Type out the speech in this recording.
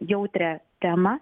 jautrią temą